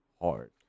hard